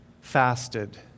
fasted